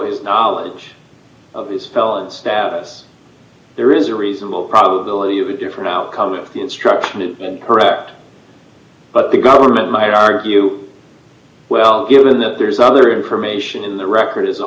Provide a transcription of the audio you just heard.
its knowledge of this felon status there is a reasonable probability of a different outcome if the instruction is incorrect but the government might argue well given that there's other information in the record as a